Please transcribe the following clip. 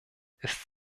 ist